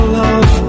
love